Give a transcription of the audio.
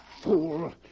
fool